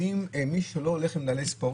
האם מי שלא הולך עם נעלי ספורט,